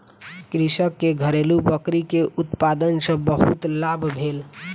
कृषक के घरेलु बकरी के उत्पाद सॅ बहुत लाभ भेल